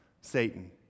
Satan